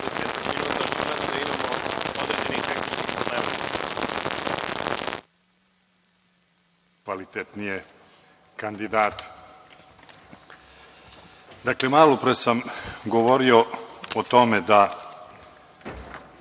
najkvalitetnije kandidate. Dakle, malo pre sam govorio o tome da